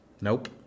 Nope